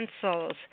pencils